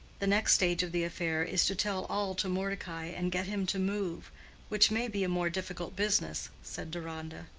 the next stage of the affair is to tell all to mordecai, and get him to move which may be a more difficult business, said deronda.